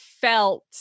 felt